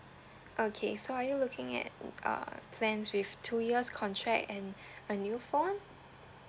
okay so are you looking at mm uh plans with two years contract and a new phone